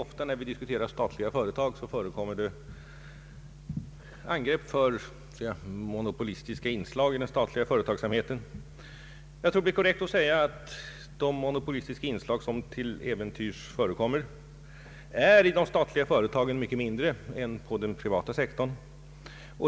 Ofta när vi diskuterar statliga företag förekommer det angrepp mot monopolistiska inslag i den statliga företagsamheten. Jag tror att det är korrekt att säga att de monopolistiska inslag som till äventyrs förekommer i de statliga företagen är mycket mindre än i den privata sektorn.